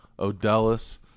Odellis